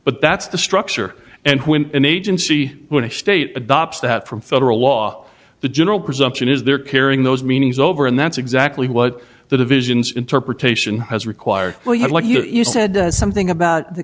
but that's the structure and when an agency state adopts that from federal law the general presumption is they're carrying those meanings over and that's exactly what the divisions interpretation has required we had like you said something about the